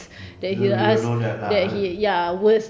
mm so we don't know that lah !huh!